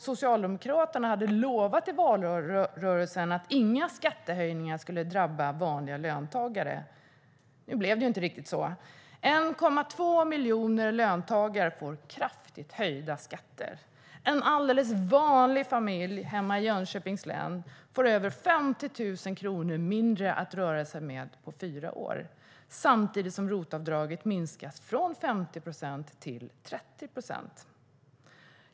Socialdemokraterna lovade ju i valrörelsen att inga skattehöjningar skulle drabba vanliga löntagare. Nu blev det inte riktigt så. 1,2 miljoner löntagare får kraftigt höjda skatter. En alldeles vanlig familj hemma i Jönköpings län får över 50 000 kronor mindre att röra sig med på fyra år, samtidigt som ROT-avdraget minskas från 50 procent till 30 procent.